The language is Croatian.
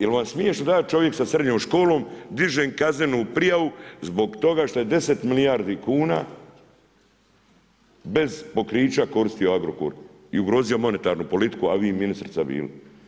Jel vam smiješno da ja čovjek sa srednjom školom dižem kaznenu prijavu zbog toga što je 10 milijardi kuna bez pokrića koristio Agrokor i ugrozio monetarnu politiku, a vi ministrica bili?